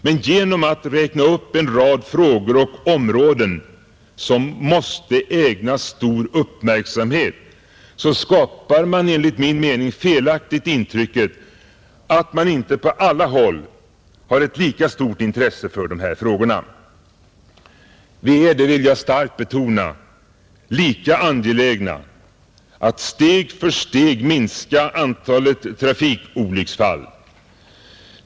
Men genom att räkna upp en rad frågor och områden som måste ägnas stor uppmärksamhet skapar man enligt min mening felaktigt intrycket att det inte på alla håll finns ett lika stort intresse för de här frågorna. Vi är, det vill jag starkt betona, lika angelägna att steg för steg minska antalet trafikolycksfall.